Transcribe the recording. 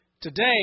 Today